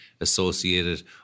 associated